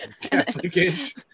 Catholic-ish